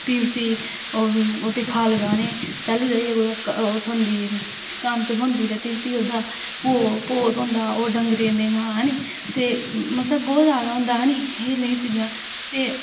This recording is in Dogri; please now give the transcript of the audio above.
ते प्ही उसी ख'ल्ल लुआह्ने तैलूं जाइयै कुदै ओह् थ्होंदी कनक थ्होंदी ते प्ही ओह्दा भो थ्होंदा ओह् डंगरें गी थ्होना ते मतलब बहुत जादा होंदा ऐ नी एह् नेह् च तां ते प्ही